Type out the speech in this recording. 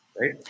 right